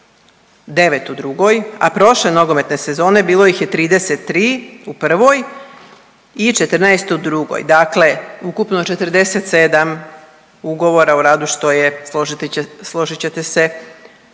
u 2., a prošle nogometne sezone bilo ih je 33 u 1. i 14 u 2., dakle ukupno 47 ugovora o radu što je složit ćete se